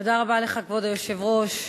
כבוד היושב-ראש,